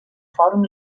fòrum